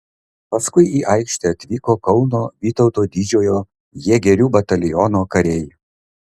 paskui į aikštę atvyko kauno vytauto didžiojo jėgerių bataliono kariai